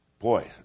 Boy